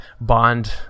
Bond